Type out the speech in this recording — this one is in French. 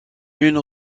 une